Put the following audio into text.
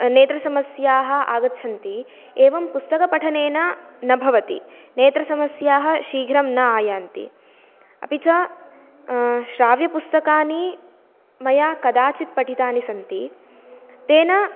नेत्रसमस्याः आगच्छन्ति एवं पुस्तकपठनेन न भवति नेत्रसमस्याः शीघ्रं न आयान्ति अपि च श्राव्यपुस्तकानि मया कदाचित् पठितानि सन्ति तेन